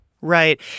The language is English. Right